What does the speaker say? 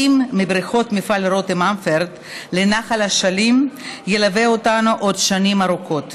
מבריכות מפעל רותם אמפרט לנחל אשלים ילווה אותנו עוד שנים ארוכות.